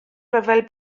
ryfel